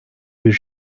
bir